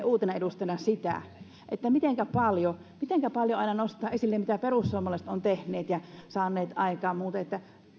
uutena edustajana sitä mitenkä paljon aina nostetaan esille se mitä perussuomalaiset ovat tehneet ja saaneet aikaan